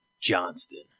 Johnston